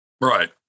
Right